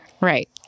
Right